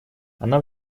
она